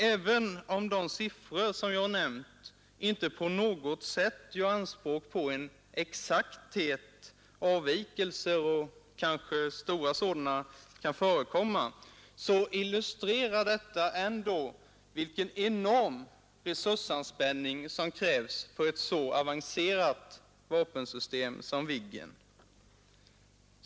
Även om de siffror som jag nämnt inte på något sätt gör anspråk på någon exakthet — avvikelser och kanske stora sådana kan förekomma — så illustrerar de ändå vilken enorm resursanspänning som krävs för ett så avancerat vapensystem som Viggen.